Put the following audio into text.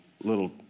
little